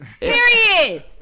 Period